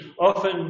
often